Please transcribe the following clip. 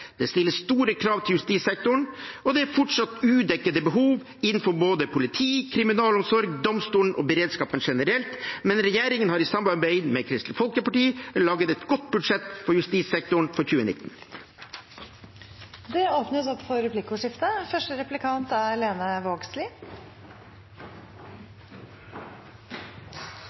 Det stilles store krav til justissektoren, og det er fortsatt udekkede behov innenfor både politiet, kriminalomsorgen, domstolene og beredskapen generelt, men regjeringen har i samarbeid med Kristelig Folkeparti laget et godt budsjett for justissektoren for 2019. Det blir replikkordskifte.